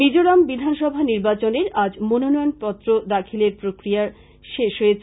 মিজোরাম বিধানসভা নির্বাচনের আজ মনোনয়নপত্র দাখিলের শেষ প্রক্রিয়া হয়েছে